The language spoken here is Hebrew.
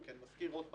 אנחנו מערכת לומדת,